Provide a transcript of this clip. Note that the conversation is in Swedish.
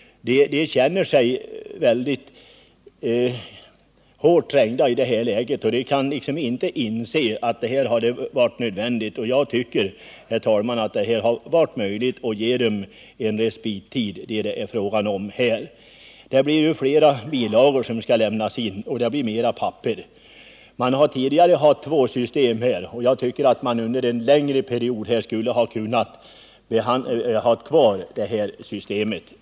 De känner sig hårt trängda i detta läge och kan inte inse att detta har varit nödvändigt. Det hade, herr talman, varit möjligt att ge dem en respittid. Det är nu flera bilagor som skall lämnas in, och det blir mera papper. Man har tidigare haft två system, och jag tycker att man under en längre period skulle kunnat ha kvar dem.